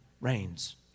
reigns